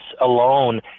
alone